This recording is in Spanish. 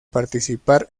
participar